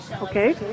Okay